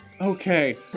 Okay